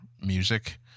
music